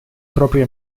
propria